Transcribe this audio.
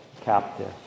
captive